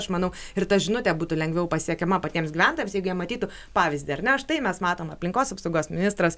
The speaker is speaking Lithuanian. aš manau ir ta žinutė būtų lengviau pasiekiama patiems gyventojams jeigu jie matytų pavyzdį ar ne štai mes matom aplinkos apsaugos ministras